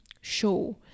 show